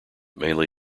mainly